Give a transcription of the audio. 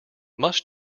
must